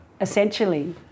essentially